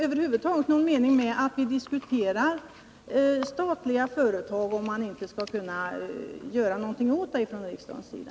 ö. någon mening med att diskutera statliga företag om det inte går att göra någonting ifrån riksdagens sida?